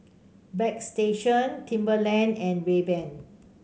Bagstationz Timberland and Rayban